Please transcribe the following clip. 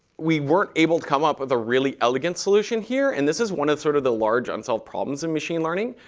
we weren't able to come up with a really elegant solution here. and this is one of the sort of the large unsolved problems in machine learning,